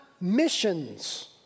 missions